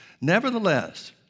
nevertheless